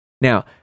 Now